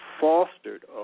fostered